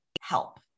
help